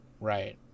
right